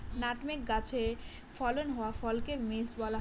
nutmeg গাছে ফলন হওয়া ফলকে মেস বলা হয়